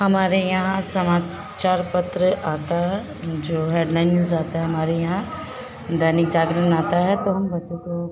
हमारे यहाँ समाचार पत्र आता है जो हेडलाइन्स आता है हमारे यहाँ दैनिक जागरण आता है तो हम बच्चों को